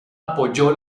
apoyó